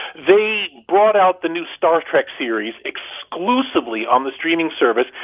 they brought out the new star trek series exclusively on the streaming service.